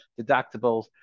deductibles